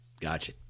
Gotcha